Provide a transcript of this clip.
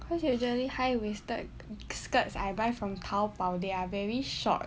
cause usually high waisted skirts I buy from Taobao they are very short